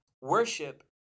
Worship